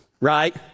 right